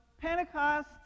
Pentecost